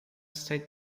state